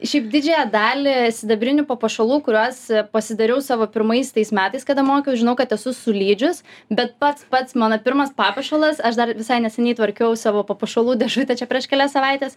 šiaip didžiąją dalį sidabrinių papuošalų kuriuos pasidariau savo pirmais tais metais kada mokiaus žinau kad esu sulydžius bet pats pats mano pirmas papuošalas aš dar visai neseniai tvarkiau savo papuošalų dėžutę čia prieš kelias savaites